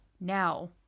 Now